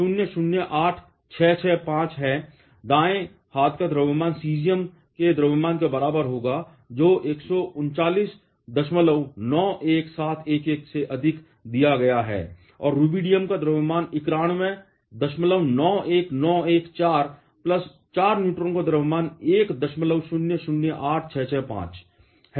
दाएं हाथ का द्रव्यमान सीज़ियम के द्रव्यमान के बराबर होगा जो 13991711 से अधिक दिया गया है और रुबिडियम का द्रव्यमान 9191914 प्लस 4 न्यूट्रॉन का द्रव्यमान 1008665